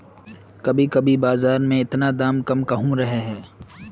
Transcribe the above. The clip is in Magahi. कभी कभी बाजार में इतना दाम कम कहुम रहे है?